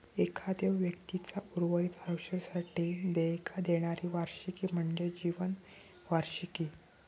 एखाद्यो व्यक्तीचा उर्वरित आयुष्यासाठी देयका देणारी वार्षिकी म्हणजे जीवन वार्षिकी